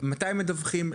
מתי מדווחים,